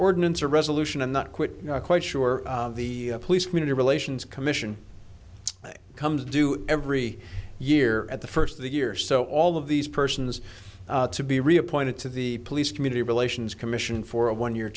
ordinance or resolution and not quit quite sure the police community relations commission it comes due every year at the first of the year so all of these persons to be reappointed to the police community relations commission for a one year